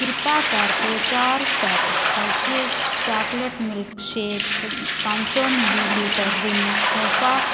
ਕਿਰਪਾ ਕਰਕੇ ਚਾਰ packs Hershey's chocolate milk shake ਪੰਜ ਸੌ ਮਿਲੀਲੀਟਰ ਰਿਨ ਅਲਫ਼ਾ